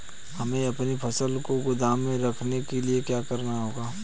हमें अपनी फसल को गोदाम में रखने के लिये क्या करना होगा?